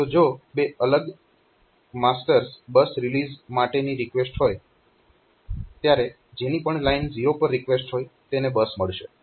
તો જો બે અલગ માસ્ટર્સ બસ રિલીઝ માટેની રિકવેસ્ટ હોય ત્યારે જેની પણ લાઇન 0 પર રિકવેસ્ટ હોય તેને બસ મળશે